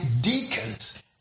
deacons